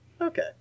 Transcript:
Okay